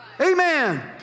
Amen